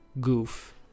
goof